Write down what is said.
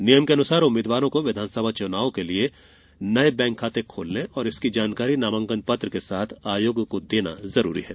नियम के अनुसार उम्मीद्वारों को विधानसभा चुनाव के लिए नये बैंक खाते खोलने और इसकी जानकारी नामांकन पत्र के साथ आयोग को देना जरूरी है